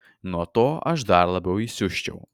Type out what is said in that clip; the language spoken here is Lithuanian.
nuo to aš dar labiau įsiusčiau